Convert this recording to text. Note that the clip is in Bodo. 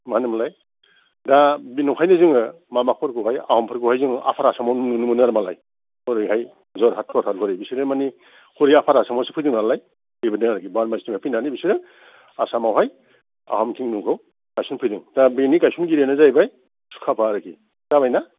माहोनोमोनलाय दा नंखायनो जोङो माबाफोरखौहाय आहमफोरखौहाय जोङो आफार आसामाव नुनो मोनो आरमालाय हरैहाय जरहात थरहात हरै बिसोरो मानि हरै आफार आसामावसो फैदों नालाय बेबादि आरोखि बार्मिसनिफ्राय फैनानै बिसोरो आसामावहाय आहम किंदमखौ गायसनफैदों दा बेनि गायसनगिरियानो जाहैबाय चुकाफा आरोखि जाबायना